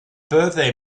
birthday